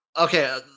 Okay